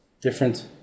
different